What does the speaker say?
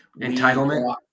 entitlement